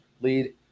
lead